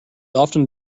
often